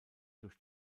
durch